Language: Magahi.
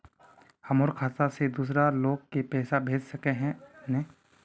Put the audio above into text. हमर खाता से दूसरा लोग के पैसा भेज सके है ने?